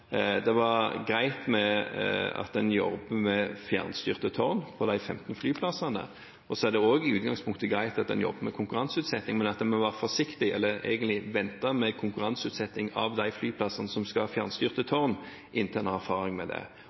det var greit at en jobber med fjernstyrte tårn på de 15 flyplassene, og det er i utgangspunktet også greit at en jobber med konkurranseutsetting, men at en må være forsiktig – eller egentlig vente – med konkurranseutsetting av de flyplassene som skal ha fjernstyrte tårn, inntil en har erfaring med det.